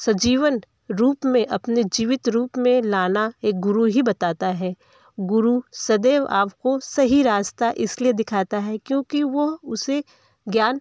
सजीवन रूप में अपने जीवित रूप में लाना एक गुरु ही बताता है गुरु सदैव आपको सही रास्ता इसलिए दिखता है क्योंकि वह उसे ज्ञान